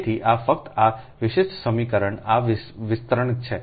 તેથી આ ફક્ત આ વિશિષ્ટ સમીકરણનું આ વિસ્તરણ છે